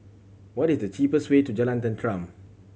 what is the cheapest way to Jalan Tenteram